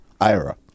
Ira